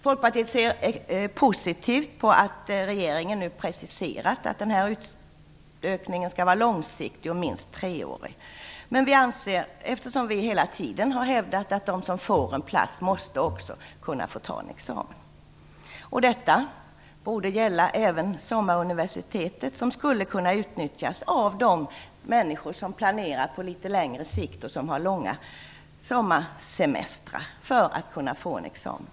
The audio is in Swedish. Folkpartiet ser positivt på att regeringen nu preciserat att utökningen skall vara långsiktig och minst treårig, men vi har hela tiden hävdat att de som får en plats också måste kunna få ta en examen. Detta borde få gälla även Sommaruniversitetet, som av de människor som planerar på litet längre sikt och som har långa sommarsemestrar skulle kunna utnyttjas för erhållande av en examen.